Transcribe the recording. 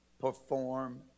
perform